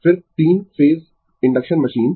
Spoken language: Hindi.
फिर 3 फेज इंडक्शन मशीन